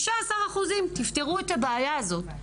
15%, תפתרו את הבעיה הזאת.